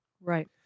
Right